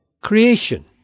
creation